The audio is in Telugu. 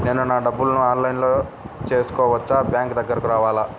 నేను నా డబ్బులను ఆన్లైన్లో చేసుకోవచ్చా? బ్యాంక్ దగ్గరకు రావాలా?